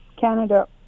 Canada